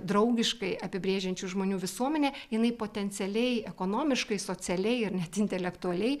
draugiškai apibrėžiančių žmonių visuomenė jinai potencialiai ekonomiškai socialiai ir net intelektualiai